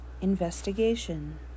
Investigation